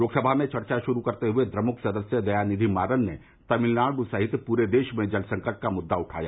लोकसभा में चर्चा शुरू करते हुए द्रमुक सदस्य दयानिधि मारन ने तमिलनाडु सहित पूरे देश में जल संकट का मुद्दा उठाया